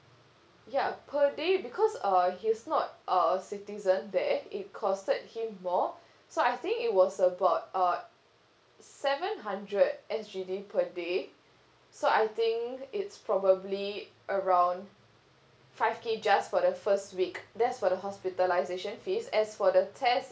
ya per day because uh he's not a citizen there it costed him more so I think it was about uh seven hundred S_G_D per day so I think it's probably around five K just for the first week that's for the hospitalization fees as for the test